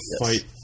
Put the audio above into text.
fight